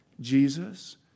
Jesus